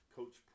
Coach